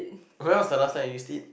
when was the last time you used it